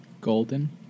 Golden